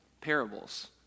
Parables